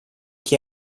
chi